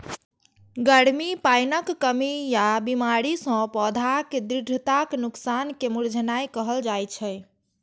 गर्मी, पानिक कमी या बीमारी सं पौधाक दृढ़ताक नोकसान कें मुरझेनाय कहल जाइ छै